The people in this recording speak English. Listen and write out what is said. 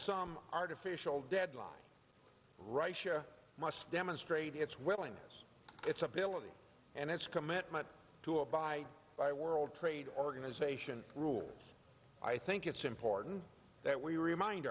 some artificial deadline russia must demonstrate its willingness its ability and its commitment to abide by world trade organization rules i think it's important that we remind